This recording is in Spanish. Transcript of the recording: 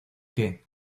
que